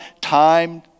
time